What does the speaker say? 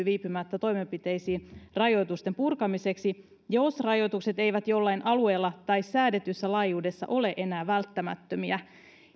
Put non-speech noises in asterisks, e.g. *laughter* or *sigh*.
*unintelligible* viipymättä toimenpiteisiin rajoitusten purkamiseksi jos rajoitukset eivät jollain alueella tai säädetyssä laajuudessa ole enää välttämättömiä